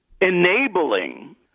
enabling